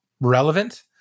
relevant